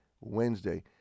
Wednesday